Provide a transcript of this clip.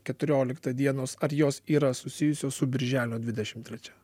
keturiolikta dienos ar jos yra susijusios su birželio dvidešim trečia